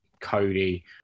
Cody